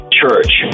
church